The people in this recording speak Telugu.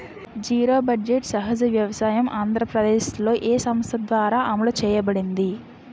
జీరో బడ్జెట్ సహజ వ్యవసాయం ఆంధ్రప్రదేశ్లో, ఏ సంస్థ ద్వారా అమలు చేయబడింది?